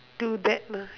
do that lah